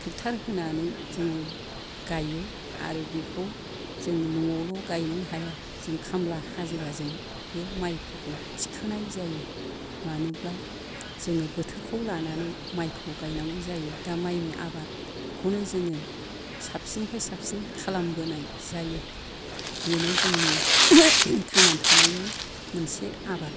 tractor होनानै जोङो गायो आरो बेखौ जों न'आवल' गायनो हाया जों खामला हाजिराजों बे माइफोरखौ थिखोनाय जायो मानोब्ला जोङो बोथोरखौ लानानै माइखौ गायनांगौ जायो दा माइनि आबादखौनो जोङो साबसिननिफ्राय साबसिन खालामबोनाय जायो बेनो जोंनि थांना थानायनि मोनसे आबाद